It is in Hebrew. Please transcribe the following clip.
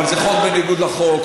אבל זה חוק בניגוד לחוק,